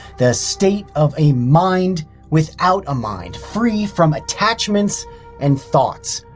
the state of a mind without a mind free from attachments and thoughts.